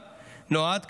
נועד,